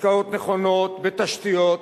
השקעות נכונות בתשתיות,